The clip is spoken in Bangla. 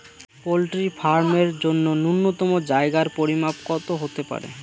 পোল্ট্রি ফার্ম এর জন্য নূন্যতম জায়গার পরিমাপ কত হতে পারে?